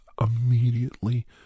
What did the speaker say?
immediately